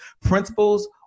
Principles